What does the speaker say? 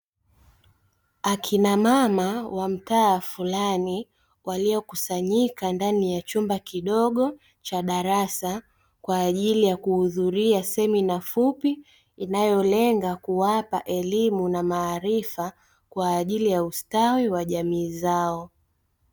Wakina mama wa mtaa fulani waliokusanyika ndani ya chumba kidogo cha darasa, kwa ajili ya kuhudhuria semina fupi inayolenga kuwapa elimu na maarifa kwa ajili ya ustawi wa jamii zao.